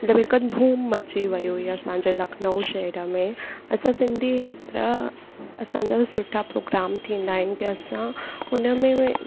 मतिलबु हिकु धूम मची वई हुई असांजे लखनऊ शहर में असां सिंधी हेतिरा असांजा सुठा प्रोग्राम थींदा आहिनि की असां हुन में उहे